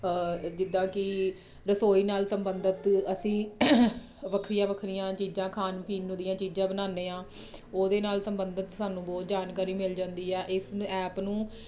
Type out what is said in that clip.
ਜਿੱਦਾਂ ਕਿ ਰਸੋਈ ਨਾਲ ਸੰਬੰਧਿਤ ਅਸੀਂ ਵੱਖਰੀਆਂ ਵੱਖਰੀਆਂ ਚੀਜ਼ਾਂ ਖਾਣ ਪੀਣ ਨੂੰ ਦੀਆਂ ਚੀਜ਼ਾਂ ਬਣਾਉਂਦੇ ਹਾਂ ਉਹਦੇ ਨਾਲ ਸੰਬੰਧਿਤ ਸਾਨੂੰ ਬਹੁਤ ਜਾਣਕਾਰੀ ਮਿਲ ਜਾਂਦੀ ਆ ਇਸ ਨੂੰ ਐਪ ਨੂੰ